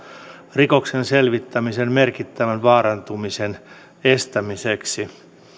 rikoksen selvittämisen merkittävän vaarantumisen estämiseksi